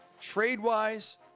trade-wise